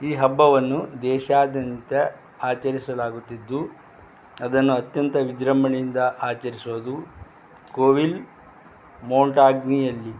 ಈ ಹಬ್ಬವನ್ನು ದೇಶಾದ್ಯಂತ ಆಚರಿಸಲಾಗುತ್ತಿದ್ದು ಅದನ್ನು ಅತ್ಯಂತ ವಿಜೃಂಬಣೆಯಿಂದ ಆಚರಿಸುವುದು ಕೋವಿಲ್ ಮೊಂಟಾಗ್ನಿಯಲ್ಲಿ